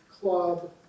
club